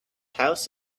house